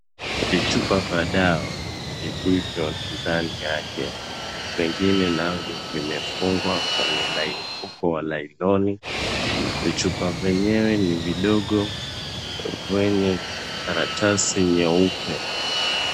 Vichupa vya dawa vilivyo ndani yake. Vingine navyo vimefungwa kwenye mfuko wa nailoni . Vichupa vyenyewe ni vidogo kwenye karatasi nyeupe.